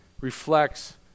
reflects